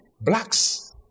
Blacks